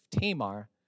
Tamar